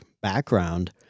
background